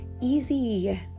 easy